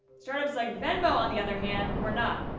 startups like venmo, on the other hand, were not.